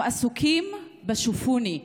הם עסוקים בשופוני,